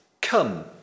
come